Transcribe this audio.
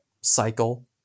cycle